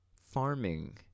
farming